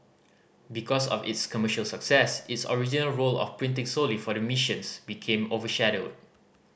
because of its commercial success its original role of printing solely for the missions became overshadowed